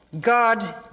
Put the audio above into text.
God